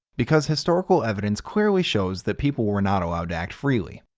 because historical evidence clearly shows that people were not allowed to act freely.